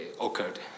occurred